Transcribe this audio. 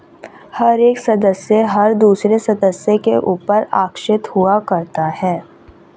हर एक सदस्य हर दूसरे सदस्य के ऊपर आश्रित हुआ करता है